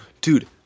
Dude